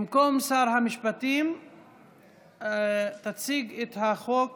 במקום שר המשפטים תציג את החוק